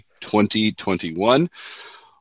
2021